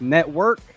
Network